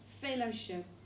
fellowship